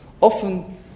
Often